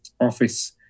office